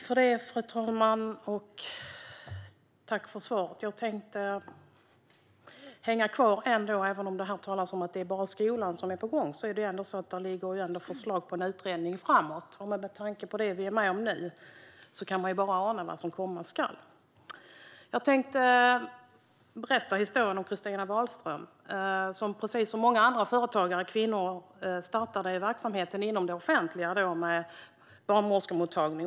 Fru talman! Tack för svaret, statsrådet! Även om det nu talas om att det bara är skolan som är på gång finns det ändå förslag på en utredning framåt. Med tanke på det som vi är med om nu kan man ju bara ana vad som komma skall, och därför tänkte jag ändå hänga kvar vid frågan. Jag tänkte berätta historien om Christina Wahlström, som precis som många andra kvinnliga företagare startade verksamhet inom det offentliga, med barnmorskemottagning.